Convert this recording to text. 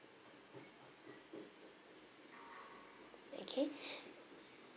okay